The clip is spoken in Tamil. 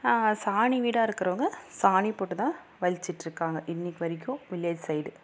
சாணி வீடாக இருக்கிறவுங்க சாணி போட்டு தான் வழிச்சுட்டு இருக்காங்க இன்றைக்கி வரைக்கும் வில்லேஜ் சைடு